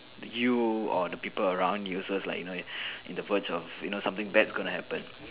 you or the people around you so it's like you know in the verge of you know something bad gonna happen